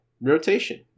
rotation